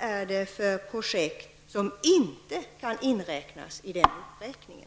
är det för projekt som inte innefattas i den uppräkningen?